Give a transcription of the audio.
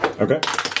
Okay